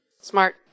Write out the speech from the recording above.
Smart